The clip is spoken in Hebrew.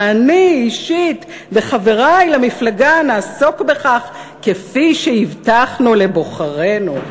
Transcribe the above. ואני אישית וחברי למפלגה נעסוק בכך כפי שהבטחנו לבוחרינו".